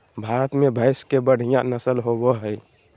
भारत में भैंस के बढ़िया नस्ल होबो हइ